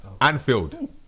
Anfield